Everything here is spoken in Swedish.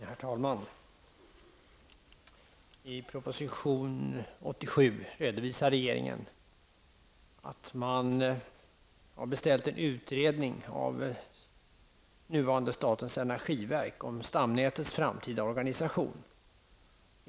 Herr talman! I proposition 1990/91:87 redovisar regeringen att man har beställt en utredning av nuvarande statens energiverk om stamnätets framtida organisation.